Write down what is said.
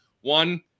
one